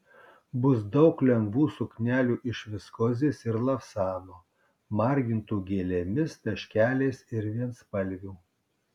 bus daug lengvų suknelių iš viskozės ir lavsano margintų gėlėmis taškeliais ir vienspalvių